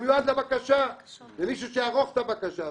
מיועד לבקשה, למישהו שיערוך את הבקשה.